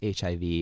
HIV